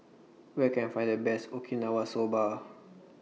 Where Can I Find The Best Okinawa Soba